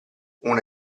una